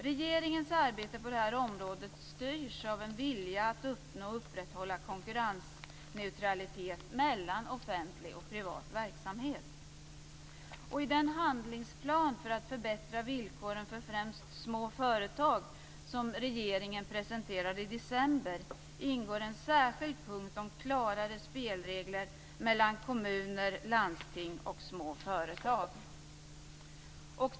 Regeringens arbete på detta område styrs av en vilja att uppnå och upprätthålla konkurrensneutralitet mellan offentlig och privat verksamhet. I den handlingsplan för att förbättra villkoren för främst små företag som regeringen presenterade i december ingår en särskild punkt om klarare spelregler mellan kommuner, landsting och små företag.